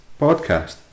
Podcast